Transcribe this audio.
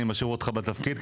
אני משאיר אותך בתפקיד,